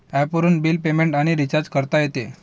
ॲपवरून bill payment आणि recharge करता येते